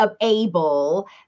able